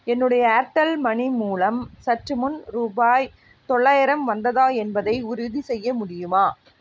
என்னுடைய Airtel money மூலம் சற்றுமுன் ரூபாய் தொள்ளாயிரம் வந்ததா என்பதை உறுதிசெய்ய முடியுமா